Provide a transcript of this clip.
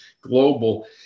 global